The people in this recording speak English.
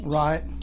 right